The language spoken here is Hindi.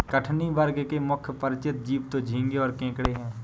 कठिनी वर्ग के मुख्य परिचित जीव तो झींगें और केकड़े हैं